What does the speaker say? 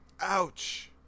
Ouch